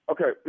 Okay